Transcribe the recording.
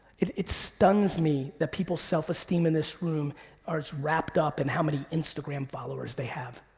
it it stuns me that people's self esteem in this room are as wrapped up in how many instagram followers they have.